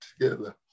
together